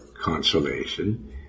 consolation